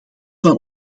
van